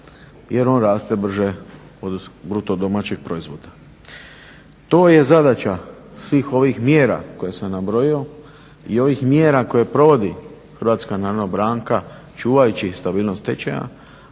jer on raste brže od BDP-a. To je zadaća svih ovih mjera koje sam nabrojio i ovih mjera koje provodi Hrvatska narodna banka čuvajući stabilnost tečaja,